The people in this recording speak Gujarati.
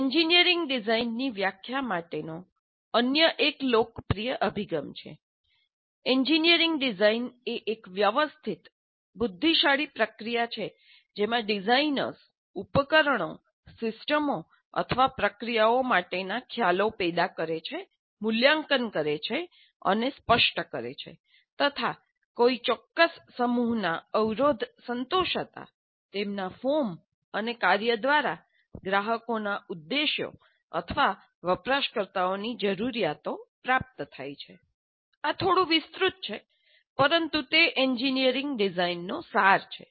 એન્જિનિયરિંગ ડિઝાઇનની વ્યાખ્યા માટેનો અન્ય એક લોકપ્રિય અભિગમ છે એન્જિનિયરિંગ ડિઝાઇન એ એક વ્યવસ્થિત બુદ્ધિશાળી પ્રક્રિયા છે જેમાં ડિઝાઇનર્સ ઉપકરણો સિસ્ટમો અથવા પ્રક્રિયાઓ માટેના ખ્યાલો પેદા કરે છે મૂલ્યાંકન કરે છે અને સ્પષ્ટ કરે છે તથા કોઈ ચોક્કસ સમૂહનાં અવરોધ સંતોષાતા તેમનાં ફોર્મ અને કાર્ય દ્વારા ગ્રાહકોના ઉદ્દેશો અથવા વપરાશકર્તાઓની જરૂરિયાતો પ્રાપ્ત થાય છે આ થોડું વિસ્તૃત છે પરંતુ તે એન્જિનિયરિંગ ડિઝાઇનનો સાર છે